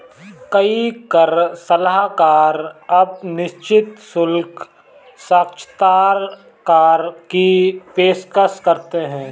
कई कर सलाहकार अब निश्चित शुल्क साक्षात्कार की पेशकश करते हैं